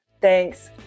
Thanks